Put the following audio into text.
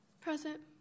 Present